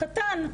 קטן.